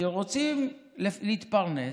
שרוצים להתפרנס